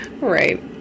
Right